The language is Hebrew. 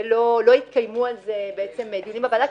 ולא יתקיימו על זה דיונים בוועדה.